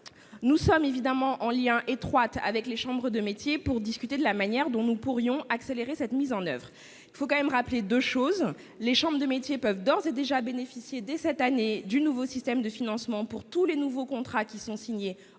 Nous sommes évidemment en lien étroit avec les chambres de métiers pour discuter de la manière dont nous pourrions accélérer cette mise en oeuvre. Il faut tout de même rappeler deux choses. Tout d'abord, les chambres de métiers peuvent d'ores et déjà bénéficier, dès cette année, du nouveau système de financement pour tous les nouveaux contrats qui sont signés